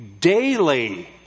daily